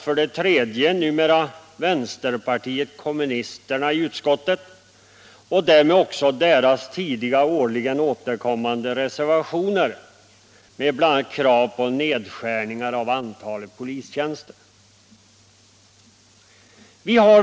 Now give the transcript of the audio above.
För det tredje saknas numera vänsterpartiet kommunisterna i utskottet, och därmed också deras tidigare årligen återkommande reservationer med krav på bl.a. nedskärningar av antalet polistjänster.